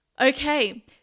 Okay